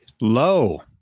Low